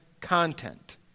content